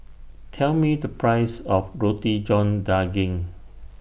Tell Me The Price of Roti John Daging